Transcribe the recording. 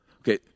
Okay